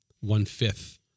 one-fifth